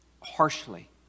Harshly